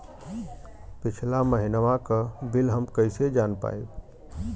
पिछला महिनवा क बिल हम कईसे जान पाइब?